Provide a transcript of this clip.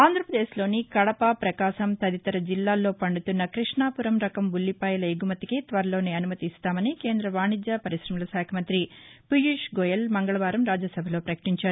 ఆంధ్రప్రదేశ్లోని కడప ప్రకాశం తదితర జిల్లాల్లో పండుతున్న కృష్ణాపురం రకం ఉల్లిపాయల ఎగుమతికి అతి త్వరలోనే అనుమతి ఇస్తామని కేంద్ర వాణీజ్య పరిగ్రమలశాఖ మంత్రి పీయూష్ గోయెల్ మంగళవారం రాజ్యసభలో ప్రకటించారు